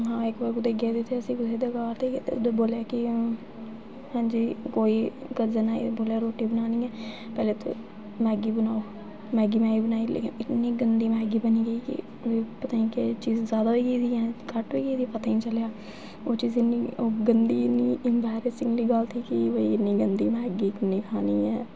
हां इक बारी अस कुतै गेदे हे अस कुसै दे घर ते उद्धर बोल्लेआ कि हां हांजी कोई कज़न आई ते बोलदे कि रुट्टी बनानी ऐ पैह्ले ते मैगी बनाओ मैगी में बी बनाई लेकिन इन्नी गंदी मैगी बनी गेई कि पता निं केह् चीज जैदा होई गेदी ही जां घट्ट होई गेदी ही पता निं चलेआ ओह्दे च इन्नी गंदी इन्नी इम्ब्रेसिंग दी गल्ल ही कि भई इन्नी गंदी मैगी कुन्नै खानी ऐ